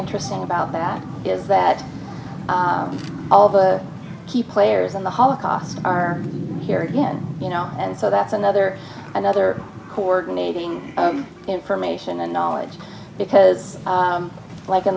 interesting about that is that all of the key players in the holocaust are here again you know and so that's another another coordinating information and knowledge because like in